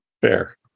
fair